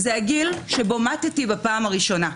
זה הגיל שבו מתִּי בפעם הראשונה.